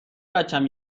بچم